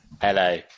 Hello